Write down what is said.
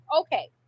okay